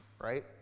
right